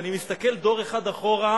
אני מסתכל דור אחד אחורה,